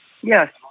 Yes